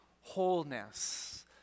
wholeness